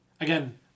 again